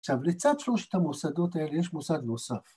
‫עכשיו, לצד שלושת המוסדות האלה ‫יש מוסד נוסף.